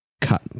cut